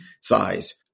size